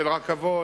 של רכבות,